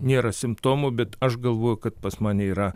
nėra simptomų bet aš galvoju kad pas mane yra